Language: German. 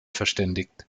verständigt